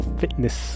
fitness